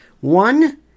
One